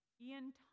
Ian